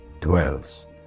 dwells